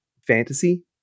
fantasy